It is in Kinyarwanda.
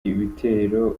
ibitero